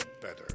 better